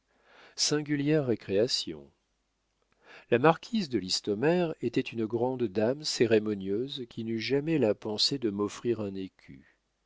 singulières récréations la marquise de listomère était une grande dame cérémonieuse qui n'eut jamais la pensée de m'offrir un écu